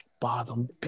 bottom